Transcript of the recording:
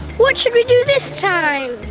what should we do this time?